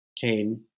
cain